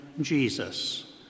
Jesus